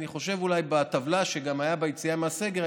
אני חושב שבטבלה שהייתה ביציאה מהסגר,